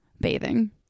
bathing